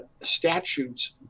statutes